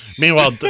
Meanwhile